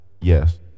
Yes